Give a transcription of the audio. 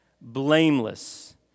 blameless